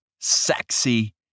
Sexy